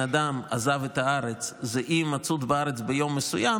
אדם עזב את הארץ זה אי-הימצאות בארץ ביום מסוים,